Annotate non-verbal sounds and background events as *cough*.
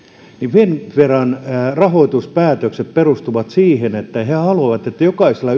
finnveran rahoituspäätökset perustuvat siihen että he haluavat että jokaisella *unintelligible*